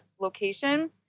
location